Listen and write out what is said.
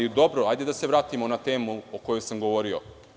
Dobro, hajde da se vratimo na temu o kojoj sam govorio.